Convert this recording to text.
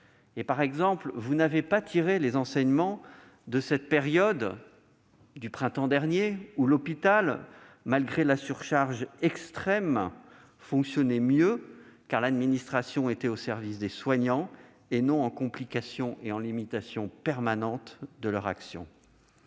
Par exemple, vous n'avez pas tiré les enseignements du printemps dernier lorsque l'hôpital, malgré la surcharge extrême, fonctionnait mieux, car l'administration était au service des soignants, et non dans la complication et la limitation permanente de leur action.